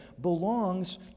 belongs